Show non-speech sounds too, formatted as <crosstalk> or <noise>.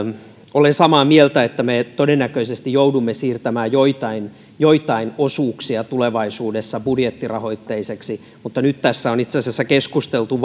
olen samaa mieltä että me todennäköisesti joudumme siirtämään joitain joitain osuuksia tulevaisuudessa budjettirahoitteiseksi mutta nyt tässä on itse asiassa keskusteltu <unintelligible>